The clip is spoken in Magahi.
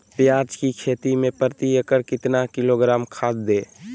प्याज की खेती में प्रति एकड़ कितना किलोग्राम खाद दे?